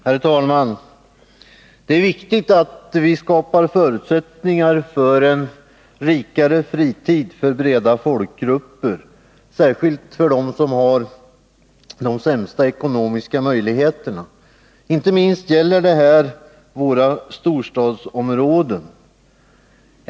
Herr talman! Det är viktigt att vi skapar förutsättningar för en rikare fritid för breda folkgrupper, särskilt för dem som har de sämsta ekonomiska möjligheterna. Inte minst gäller detta våra storstadsområden.